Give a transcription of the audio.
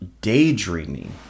daydreaming